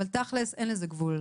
אבל תכל'ס אין לזה גבול.